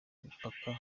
imipaka